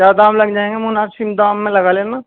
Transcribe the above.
کیا دام لگ جائیں گے مناسب دام میں لگا لینا